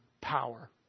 power